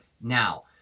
Now